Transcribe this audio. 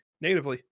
natively